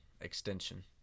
extension